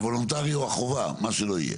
הוולונטרי או החובה, מה שלא יהיה.